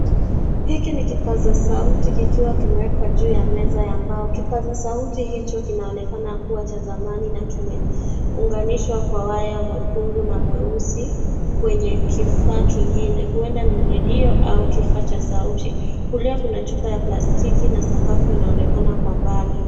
Hiki ni kipaza sauti kikiwa imewekwa juu ya meza ya mbao kipaza sauti hicho kinaonekanana kuwa cha zamani na kimeunganishwa kwa waya mwekundu na meusi kwenye kifaa kingine huenda ni redio au kifaa cha sauti kulia kuna chupa ya plastiki sakafu inaonekana kwa mbali.